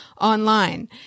online